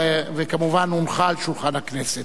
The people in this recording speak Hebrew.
וכמובן הונחה על שולחן הכנסת.